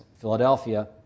Philadelphia